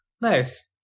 Nice